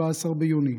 17 ביוני,